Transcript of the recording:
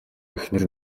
эхнэр